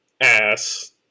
ass